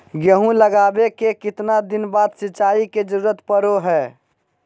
गेहूं लगावे के कितना दिन बाद सिंचाई के जरूरत पड़ो है?